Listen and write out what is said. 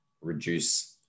reduce